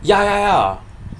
ya ya ya